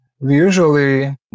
usually